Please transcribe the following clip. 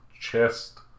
chest